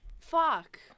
Fuck